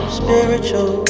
spiritual